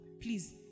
please